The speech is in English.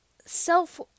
self